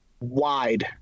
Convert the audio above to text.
wide